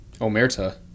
Omerta